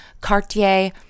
Cartier